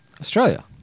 Australia